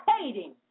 hating